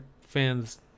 fans